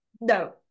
no